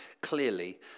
clearly